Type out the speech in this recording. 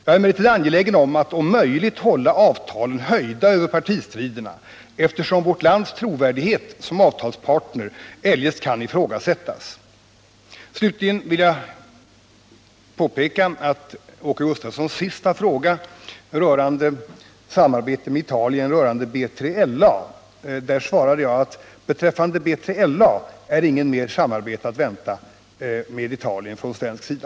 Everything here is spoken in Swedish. Jag är emellertid angelägen om att om möjligt hålla frågan om avtalen höjd över partistriderna, eftersom vårt lands trovärdighet som avtalspartner eljest skulle ifrågasättas. Slutligen vill jag påpeka att jag på Åke Gustavssons sista fråga om samarbete med Italien rörande B3LA svarade: Beträffande B3LA är inget ytterligare samarbete med Italien att vänta från svensk sida.